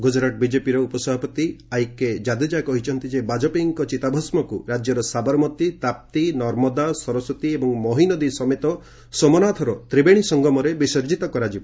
ଗୁଜରାଟ ବିଜେପିର ଉପସଭାପତି ଆଇକେ ଜାଦେଜା କହିଛନ୍ତି ଯେ ବାଜପେୟୀଙ୍କ ଚିତାଭସ୍କକୁ ରାଜ୍ୟର ସାବରମତୀ ତାପ୍ତି ନର୍ମଦା ସରସ୍ତୀ ଏବଂ ମହୀ ନଦୀ ସମେତ ସୋମନାଥର ତ୍ରିବେଶୀ ସଂଗମରେ ବିସର୍ଜିତ କରାଯିବ